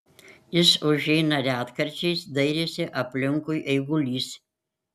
jis užeina retkarčiais dairėsi aplinkui eigulys